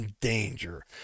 Danger